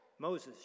Moses